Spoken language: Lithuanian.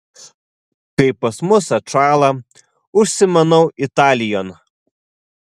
kai pas mus atšąla užsimanau italijon